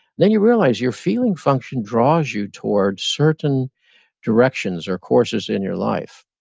then you realize your feeling function draws you towards certain directions or courses in your life.